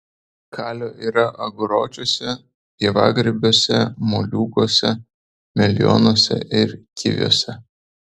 kalio yra aguročiuose pievagrybiuose moliūguose melionuose ir kiviuose